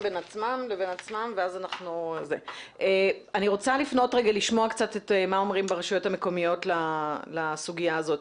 אני רוצה לשמוע מה אומרים ברשויות המקומיות על הסוגיה הזאת.